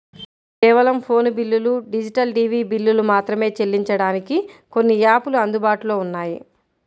కేవలం ఫోను బిల్లులు, digital TV బిల్లులు మాత్రమే చెల్లించడానికి కొన్ని యాపులు అందుబాటులో ఉన్నాయి